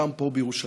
גם פה בירושלים.